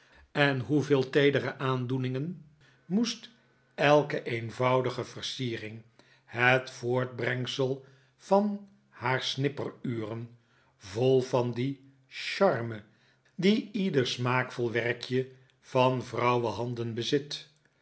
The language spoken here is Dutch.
en hoeveel teedere aandoeningen moest elke eenvoudige versiering het voortbrengsel van haar snipperuren vol van die charme die ieder smaakvol werkje van vrouwenhanden bezit